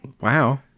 wow